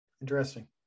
interesting